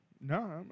No